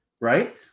right